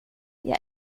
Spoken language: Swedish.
jag